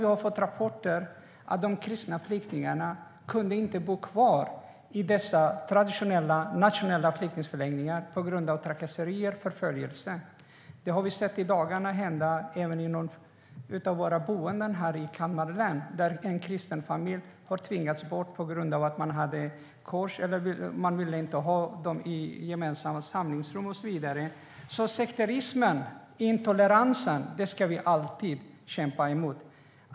Det kom rapporter om att de kristna flyktingarna inte kunde bo kvar i dessa traditionella nationella flyktingförläggningar på grund av trakasserier och förföljelse. Vi har även sett det hända de senaste dagarna på ett av våra boenden i Kalmar län. En kristen familj tvingades bort på grund av att de hade kors. Man ville inte ha dem i gemensamma samlingsrum och så vidare. Sekterismen och intoleransen ska vi alltid kämpa emot.